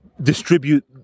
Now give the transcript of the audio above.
distribute